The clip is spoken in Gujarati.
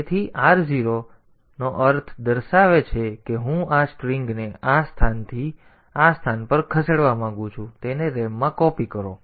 તેથી r0 આનો અર્થ દર્શાવે છે કે હું આ સ્ટ્રિંગને આ સ્થાનથી આ સ્થાન પર ખસેડવા માંગુ છું તેને RAM માં કૉપિ કરો